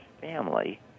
family